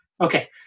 okay